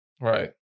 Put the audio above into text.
Right